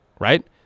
right